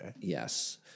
Yes